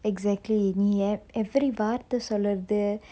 exactly நீ:nee ev~ every வார்த்தை சொல்றது:varthai solrathu